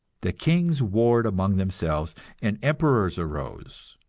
the kings warred among themselves and emperors arose.